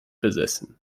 besessen